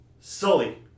Sully